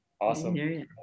Awesome